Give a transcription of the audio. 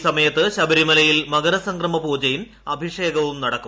ഈ സമയത്ത് ശബരിമലയിൽ മകരസംക്രമപൂജയും അഭിഷേകവും നടക്കും